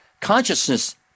consciousness